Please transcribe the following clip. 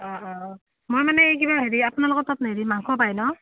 অঁ অঁ মই মানে কিবা হেৰি আপোনালোকৰ তাত হেৰি মাংস পায় ন